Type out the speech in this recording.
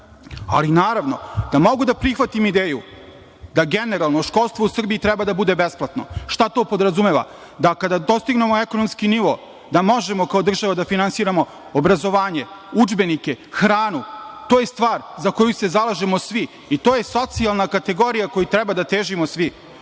ali naravno da mogu da prihvatim ideju da generalno školstvo u Srbiji treba da bude besplatno. Šta to podrazumeva? Da kada dostignemo ekonomski nivo, da možemo kao država da finansiramo obrazovanje, udžbenike, hranu. To je stvar za koju se zalažemo svi i to je socijalna kategorija kojoj treba da težimosvi.